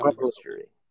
history